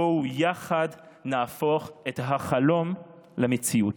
בואו נהפוך יחד את החלום למציאות.